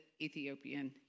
Ethiopian